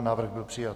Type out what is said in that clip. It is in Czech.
Návrh byl přijat.